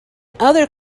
other